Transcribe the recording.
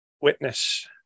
witness